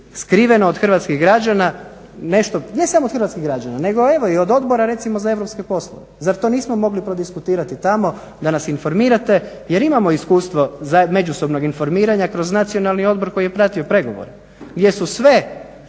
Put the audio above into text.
skriveno od hrvatskih građana nešto, ne samo od hrvatskih građana nego evo i od Odbora recimo za europske poslove. Zar to nismo mogli prodiskutirati tamo da nas informirate jer imamo iskustvo međusobnog informiranja kroz nacionalni odbor koji je pratio pregovore gdje su sve